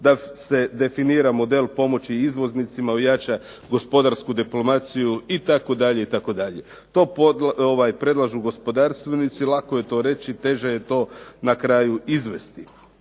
da se definira model pomoći izvoznicima, ojača gospodarsku diplomaciju itd. itd. To predlažu gospodarstvenici. Lako je to reći, teže je to na kraju izvesti.